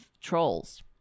trolls